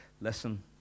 listen